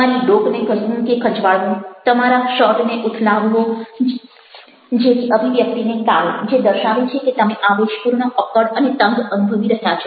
તમારી ડોકને ઘસવું કે ખંજવાળવું તમારા શર્ટને ઉથલાવવો જેવી અભિવ્યક્તિને ટાળો જે દર્શાવે છે કે તમે આવેશપૂર્ણ અક્કડ અને તંગ અનુભવી રહ્યા છો